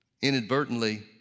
inadvertently